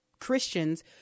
Christians